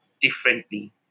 differently